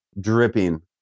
dripping